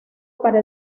para